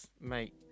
Mate